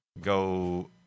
go